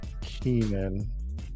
Keenan